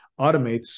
automates